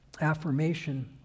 affirmation